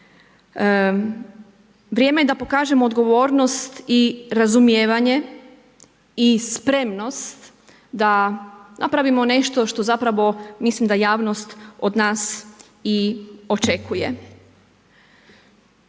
Vrijeme je da pokažemo odgovornost i razumijevanje i spremnost da napravimo nešto što zapravo mislim da javnost od nas i očekuje